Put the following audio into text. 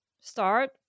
start